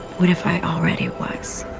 what if i already wax